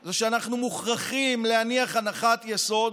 זה שאנחנו מוכרחים להניח הנחת יסוד